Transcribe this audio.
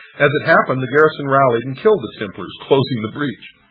as it happened, the garrison rallied and killed the templars, closing the breach.